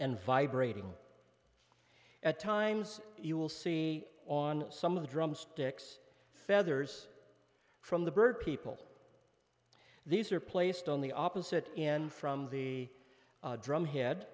and vibrating at times you will see on some of the drumsticks feathers from the bird people these are placed on the opposite in from the drum head